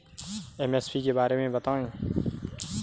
MSP के बारे में बतायें?